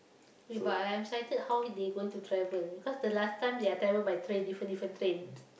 eh but I'm excited how they going to travel because the last time they travel by train different different train